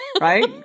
Right